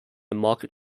market